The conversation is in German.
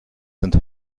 sind